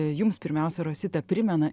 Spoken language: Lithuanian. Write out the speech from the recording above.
jums pirmiausia rosita primena